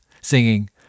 singing